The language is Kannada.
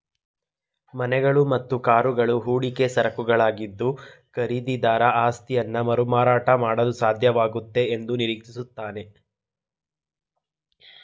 ಮನೆಗಳು ಮತ್ತು ಕಾರುಗಳು ಹೂಡಿಕೆ ಸರಕುಗಳಾಗಿದ್ದು ಖರೀದಿದಾರ ಆಸ್ತಿಯನ್ನಮರುಮಾರಾಟ ಮಾಡಲುಸಾಧ್ಯವಾಗುತ್ತೆ ಎಂದುನಿರೀಕ್ಷಿಸುತ್ತಾನೆ